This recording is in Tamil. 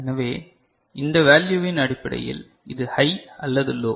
எனவே இந்த வேல்யூவின் அடிப்படையில் இது ஹை அல்லது லோ